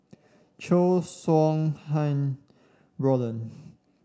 Chow Sau Hai Roland